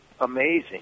amazing